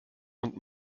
und